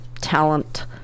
talent